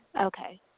Okay